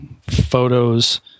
Photos